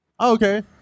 Okay